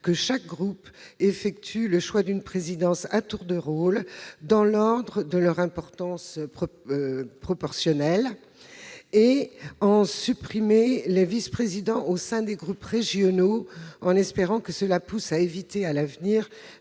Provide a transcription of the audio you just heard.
que chaque groupe effectue le choix d'une présidence à tour de rôle, dans l'ordre de leur importance proportionnelle. Nous proposons aussi de supprimer les vice-présidents au sein des groupes régionaux, en espérant éviter ainsi, à l'avenir,